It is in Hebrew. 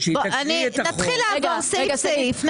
נתחיל לעבור סעיף-סעיף,